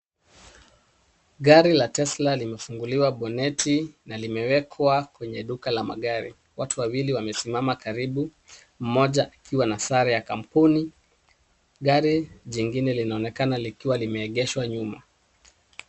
Gari la tesla limefunguliwa boneti na limewekwa kwenye duka la magari. Watu wawili wamesimama karibu, mmoja akiwa na sare ya kampuni. Gari jingine linaonekana likiwa limeegeshwa nyuma.